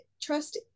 trust